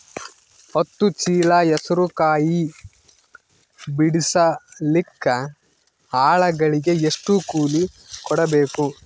ಹತ್ತು ಚೀಲ ಹೆಸರು ಕಾಯಿ ಬಿಡಸಲಿಕ ಆಳಗಳಿಗೆ ಎಷ್ಟು ಕೂಲಿ ಕೊಡಬೇಕು?